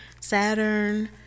Saturn